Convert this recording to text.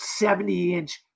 70-inch